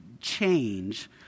change